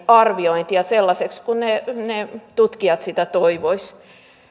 arviointia sellaisena kuin ne ne tutkijat sitä toivoisivat